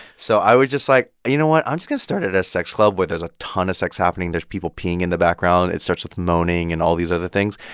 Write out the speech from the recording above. so i would just like, you know what, i'm just going to start at a sex club where there's a ton of sex happening, there's people peeing in the background. it starts with moaning and all these other things.